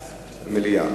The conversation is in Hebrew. מליאה.